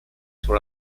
sur